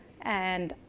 and